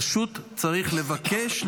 פשוט צריך לבקש,